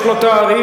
יש לו תאריך,